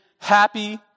happy